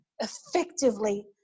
effectively